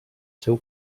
seu